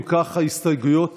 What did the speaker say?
אם כך, ההסתייגויות